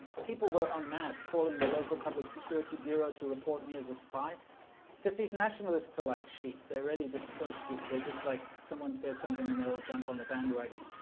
people were on masks calling the local public security bureau to report me as a spy because these nationalists are like sheep they're really just so stupid. they're just like someone says something and they all jump on the bandwagon